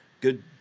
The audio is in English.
good